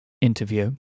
interview